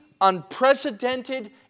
unprecedented